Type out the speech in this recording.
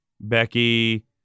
Becky